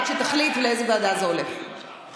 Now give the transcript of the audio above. שתחליט לאיזה ועדה זה הולך,